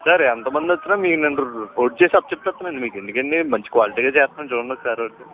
sir ఎంతమంది వచ్చినా మీకు రో రోడ్ చేసి అప్పచెప్పేస్తానండి మీకు ఎందుకండీ మంచి క్వాలిటీగా చేస్తాను చూడండి ఒక సారి వచ్